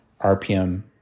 RPM